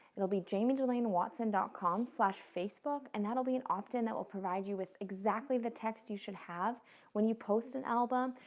it'll be jamiedelainewatson com facebook, and that'll be an opt in that will provide you with exactly the text you should have when you post an album,